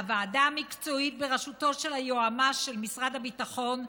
הוועדה המקצועית בראשותו של היועמ"ש של משרד הביטחון,